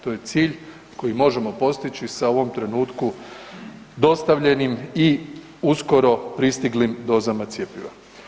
To je cilj koji možemo postići sa ovom trenutku dostavljenim i uskoro pristiglim dozama cjepiva.